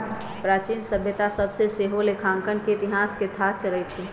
प्राचीन सभ्यता सभ से सेहो लेखांकन के इतिहास के थाह चलइ छइ